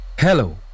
Hello